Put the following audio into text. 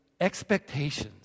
expectations